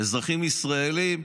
אזרחים ישראלים,